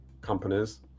companies